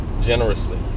generously